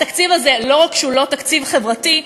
התקציב הזה לא רק שהוא לא תקציב חברתי,